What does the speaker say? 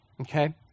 Okay